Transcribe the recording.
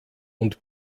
und